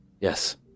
Yes